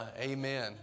amen